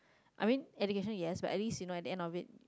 I mean education yes but at least you know at the end of it